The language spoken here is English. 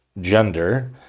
gender